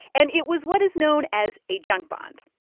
and it was what is known as a junk bond.